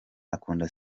akunda